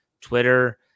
Twitter